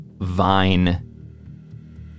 vine